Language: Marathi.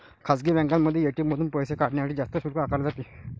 खासगी बँकांमध्ये ए.टी.एम मधून पैसे काढण्यासाठी जास्त शुल्क आकारले जाते